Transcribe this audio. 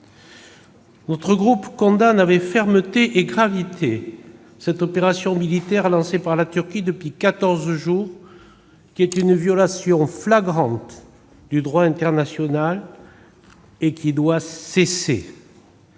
Notre groupe condamne avec fermeté et gravité cette opération militaire lancée par la Turquie depuis quatorze jours ; cette violation flagrante du droit international doit cesser.